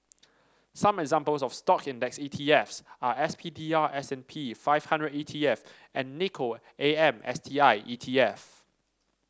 some examples of Stock index E T F s are S P D R S and P five hundred E T F and Nikko A M S T I E T F